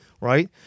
right